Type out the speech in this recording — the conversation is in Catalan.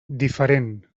diferent